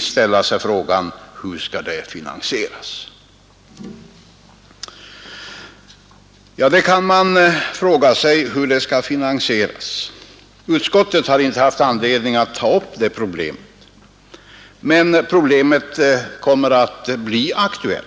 ställa sig frågan hur detta skall finansieras. Utskottet har inte nu haft anledning att ta upp det problemet, men det kommer att bli aktuellt.